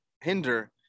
hinder